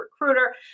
recruiter